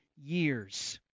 years